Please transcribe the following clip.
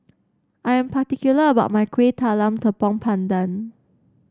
I am particular about my Kuih Talam Tepong Pandan